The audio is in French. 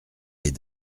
les